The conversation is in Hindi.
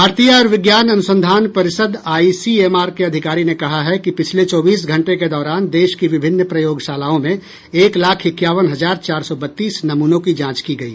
भारतीय आयुर्विज्ञान अनुसंधान परिषद आईसीएमआर के अधिकारी ने कहा है कि पिछले चौबीस घंटे के दौरान देश की विभिन्न प्रयोगशालाओं में एक लाख इकयावन हजार चार सौ बत्तीस नमूनों की जांच की गई